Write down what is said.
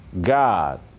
God